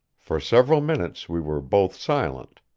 for several minutes we were both silent.